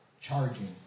charging